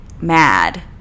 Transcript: mad